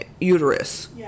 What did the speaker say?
uterus